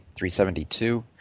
372